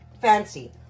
fancy